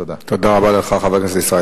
תודה רבה לך, חבר הכנסת אייכלר.